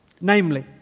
Namely